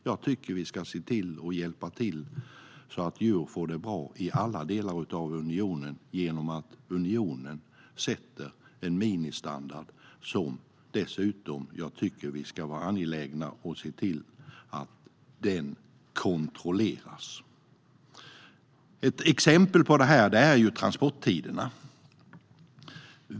Jag tycker att vi ska se till att hjälpa till så att djur får det bra i alla delar av unionen genom att unionen sätter en minimistandard, och jag tycker dessutom att vi ska vara angelägna om den och se till att den kontrolleras. Ett exempel på det här är transporttiderna.